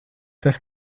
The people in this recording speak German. das